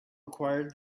required